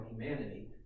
humanity